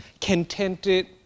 contented